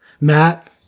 Matt